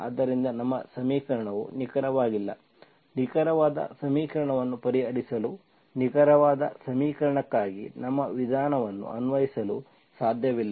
ಆದ್ದರಿಂದ ನನ್ನ ಸಮೀಕರಣವು ನಿಖರವಾಗಿಲ್ಲ ನಿಖರವಾದ ಸಮೀಕರಣವನ್ನು ಪರಿಹರಿಸಲು ನಿಖರವಾದ ಸಮೀಕರಣಕ್ಕಾಗಿ ನಮ್ಮ ವಿಧಾನವನ್ನು ಅನ್ವಯಿಸಲು ಸಾಧ್ಯವಿಲ್ಲ